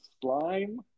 slime